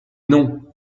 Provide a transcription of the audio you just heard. non